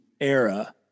era